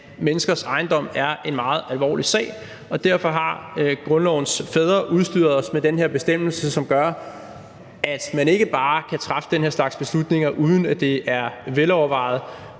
menneskers ejendom er en meget alvorlig sag. Derfor har grundlovens fædre udstyret os med den her bestemmelse, som gør, at man ikke bare kan træffe den slags beslutninger, uden at det er velovervejet,